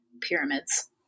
pyramids